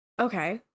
Okay